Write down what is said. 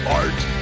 art